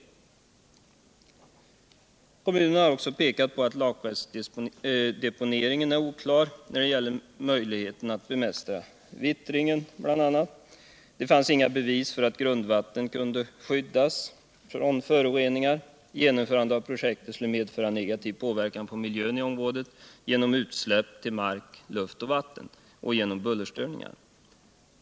Kommunen har också pekat på att lakrestdeponeringen är oklar när det gäller möjligheten att bemästra vittring bl.a. Det fanns inga bevis för att grundvattnet kunde skyddas trån föroreningar. Genomförandet av projektet skulle medföra negativ påverkan på miljön I området genom utsläpp till luft, mark och vatten och genom bullerstörningar.